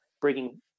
bringing